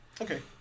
Okay